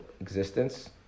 existence